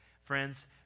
Friends